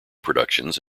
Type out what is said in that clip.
productions